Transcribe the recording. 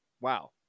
wow